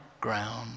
ground